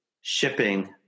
shipping